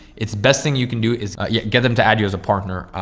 it's best thing you can do is yeah get them to add you as a partner,